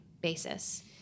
basis